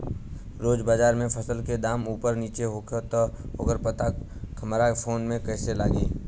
रोज़ बाज़ार मे फसल के दाम ऊपर नीचे होखेला त ओकर पता हमरा फोन मे कैसे लागी?